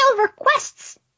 requests